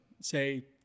say